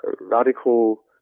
radical